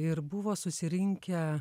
ir buvo susirinkę